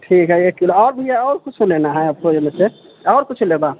ठीक है एक किलो आओर भैया आओर कुछो लेना आपको आओर कुछो लेबह